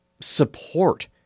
support